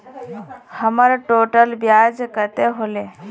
हमर टोटल ब्याज कते होले?